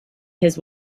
his